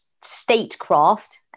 statecraft